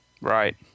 Right